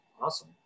awesome